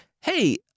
Hey